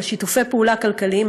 שיתופי פעולה כלכליים,